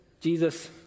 Jesus